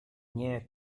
nie